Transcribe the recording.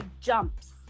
jumps